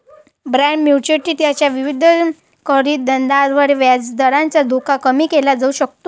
bond maturity च्या विविधीकरणाद्वारे व्याजदराचा धोका कमी केला जाऊ शकतो